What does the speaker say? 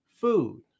food